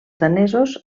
danesos